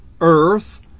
earth